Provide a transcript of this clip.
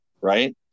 right